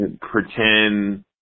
pretend